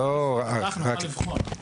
לא רק אז לבחון.